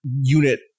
unit